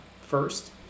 first